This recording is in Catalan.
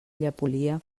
llepolia